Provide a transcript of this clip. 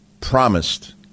promised